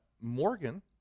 Morgan